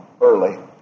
early